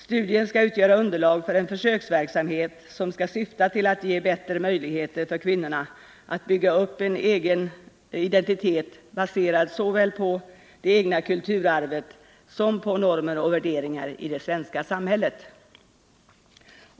Studien skall utgöra underlag för en försöksverksamhet, som skall syfta till att ge bättre möjligheter för kvinnorna att bygga upp en identitet baserad såväl på det egna kulturarvet som på normer och värderingar i det svenska samhället.